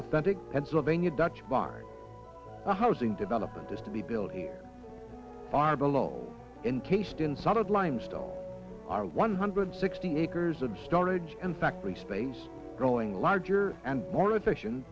authentic pennsylvania dutch a housing development is to be built far below encased in solid limestone are one hundred sixty acres of storage and factory space growing larger and more efficient